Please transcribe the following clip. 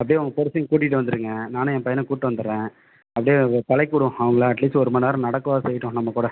அப்படியே உங்க பெருசையும் கூட்டிகிட்டு வந்துருங்க நானும் என் பையனை கூட்டு வந்துடுறன் அப்படியே பழக்கிவிடுவோம் அவங்கள அட்லீஸ்ட் ஒரு மணிநேரம் நடக்கவாது செய்யட்டும் நம்மக்கூட